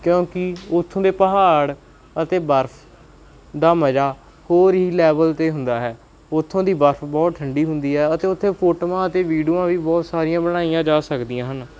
ਕਿਉਂਕਿ ਉੱਥੋਂ ਦੇ ਪਹਾੜ ਅਤੇ ਬਰਫ ਦਾ ਮਜ਼ਾ ਹੋਰ ਹੀ ਲੈਵਲ 'ਤੇ ਹੁੰਦਾ ਹੈ ਉੱਥੋਂ ਦੀ ਬਰਫ ਬਹੁਤ ਠੰਢੀ ਹੁੰਦੀ ਹੈ ਅਤੇ ਉੱਥੇ ਫੋਟੋਆਂ ਅਤੇ ਵੀਡੂਆਂ ਵੀ ਬਹੁਤ ਸਾਰੀਆਂ ਬਣਾਈਆਂ ਜਾ ਸਕਦੀਆਂ ਹਨ